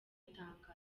tangazo